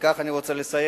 בכך אני רוצה לסיים.